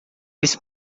esse